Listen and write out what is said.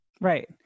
right